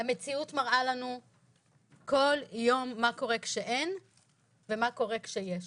המציאות מראה לנו כל יום מה קורה כשאין ומה קורה כשיש.